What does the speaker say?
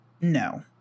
No